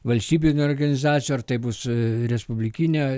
valstybinių organizacijų ar tai bus respublikinę